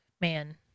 Man